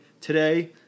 Today